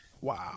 Wow